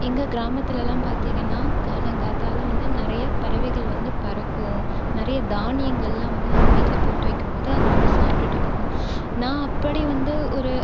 எங்கள் கிராமத்துலெல்லாம் பார்த்தீங்கனா காலங்காத்தால் வந்து நிறைய பறவைகள் வந்து பறக்கும் நிறைய தானியங்களெல்லாம் வந்து நாங்கள் வீட்டில் போட்டு வைக்கும்போது அது வந்து சாப்பிட்டுட்டு போகும் நான் அப்படி வந்து ஒரு